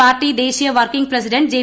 party ദേശീയ working president J